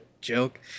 joke